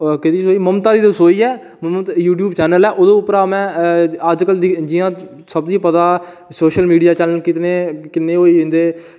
ममता दी रसोई ऐ यूट्यूब चैनल ऐ ओह्दे परा में अज्जकल दी जियां सभनीं पता की सोशल मीडिया चैनल किन्ने होई गेदे